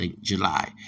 July